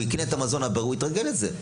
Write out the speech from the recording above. הוא יקנה את המזון הבריא ויתרגל לזה.